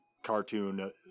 cartoon